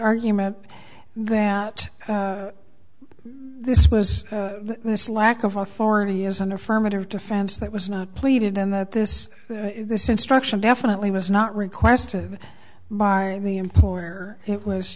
argument that this was this lack of authority is an affirmative defense that was not pleaded and that this this instruction definitely was not requested by the employer it was